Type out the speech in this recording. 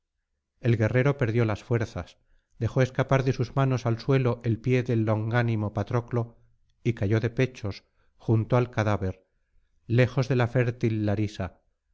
el guerrero perdió las fuerzas dejó escapar de sus manos al suelo el pie del longánimo patroclo y cayó de pechos junto al cadáver lejos de la fértil larisa